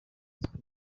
sports